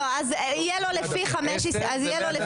יהיה לו לפי חמש הסתייגויות.